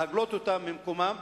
להגלות אותם ממקומם.